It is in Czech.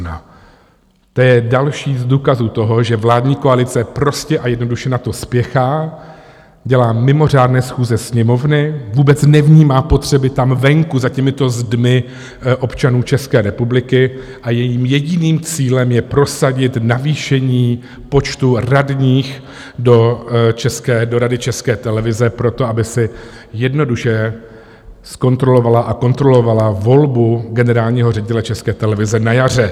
To je další z důkazů toho, že vládní koalice prostě a jednoduše na to spěchá, dělá mimořádné schůze Sněmovny, vůbec nevnímá potřeby tam venku za těmito zdmi občanů České republiky a jejím jediným cílem je prosadit navýšení počtu radních do Rady České televize proto, aby si jednoduše zkontrolovala a kontrolovala volbu generálního ředitele České televize na jaře.